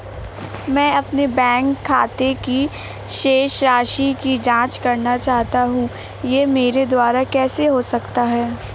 मैं अपने बैंक खाते की शेष राशि की जाँच करना चाहता हूँ यह मेरे द्वारा कैसे हो सकता है?